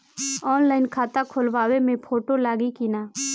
Online खाता खोलबाबे मे फोटो लागि कि ना?